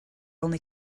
only